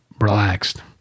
relaxed